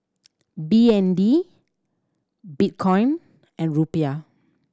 B N D Bitcoin and Rupiah